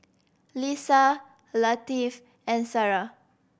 Lisa Latif and Sarah